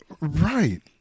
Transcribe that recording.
Right